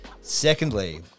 secondly